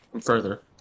further